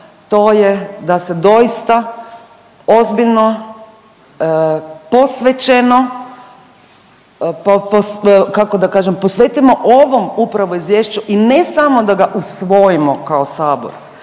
to je da se doista ozbiljno posvećeno, .../nerazumljivo/... kako da kažem, posvetimo ovom upravo Izvješću i ne samo da ga usvojimo kao Sabor,